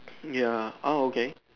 ya ah okay